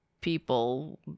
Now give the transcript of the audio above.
people